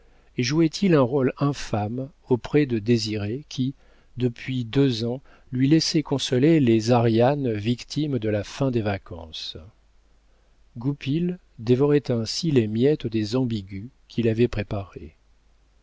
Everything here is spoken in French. et jouait il un rôle infâme auprès de désiré qui depuis deux ans lui laissait consoler les arianes victimes de la fin des vacances goupil dévorait ainsi les miettes des ambigus qu'il avait préparés